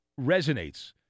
resonates